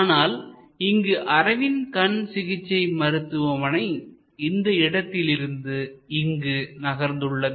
ஆனால் இங்கு அரவிந்த் கண் சிகிச்சை மருத்துவமனை இந்த இடத்திலிருந்து இங்கு நகர்ந்து உள்ளது